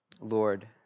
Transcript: Lord